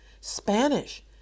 Spanish